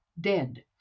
dead